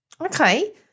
okay